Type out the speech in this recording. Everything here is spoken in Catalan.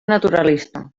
naturalista